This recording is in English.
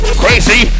crazy